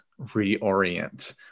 reorient